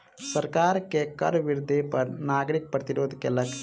सरकार के कर वृद्धि पर नागरिक प्रतिरोध केलक